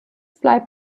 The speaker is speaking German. bleibt